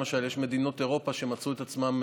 למשל יש מדינות אירופה שמצאו את עצמן,